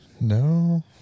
No